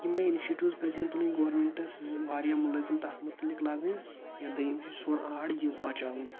یِمے اِنشیٹِوٕز پَزِ ہَن تُلٕنۍ گورمٮ۪نٛٹَس واریاہ مُلٲزِم تَتھ مُتعلِق لاگٕنۍ یا دوٚیِم چیٖز سون آر یہِ بَچاوُن